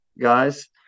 guys